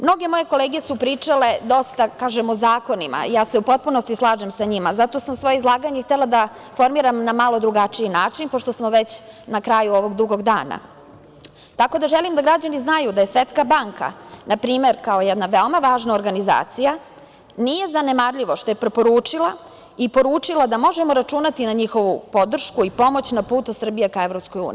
Mnoge moje kolege su pričale dosta o zakonima, ja se u potpunosti slažem sa njima, zato sam svoje izlaganje htela da formiram na malo drugačiji način pošto smo već na kraju ovog dugog dana, tako da želim da građani znaju da je Svetska banka, npr. kao jedna veoma važna organizacija nije zanemarljivo što je preporučila i poručila da možemo računati na njihovu podršku i pomoć Srbiji ka EU.